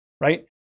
right